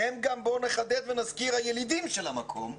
שהם גם בוא נחדד ונזכיר ילידים של המקום,